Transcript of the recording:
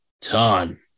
ton